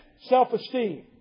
self-esteem